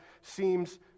seems